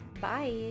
Bye